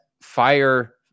fire